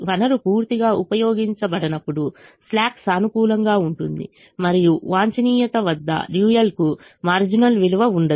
వనరు పూర్తిగా ఉపయోగించబడనప్పుడు స్లాక్ సానుకూలంగా ఉంటుంది మరియు వాంఛనీయ వద్ద డ్యూయల్కు మార్జినల్ విలువ ఉండదు